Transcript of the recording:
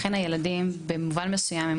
אז במובן מסוים,